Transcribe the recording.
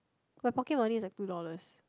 my pocket money is like two dollars